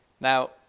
Now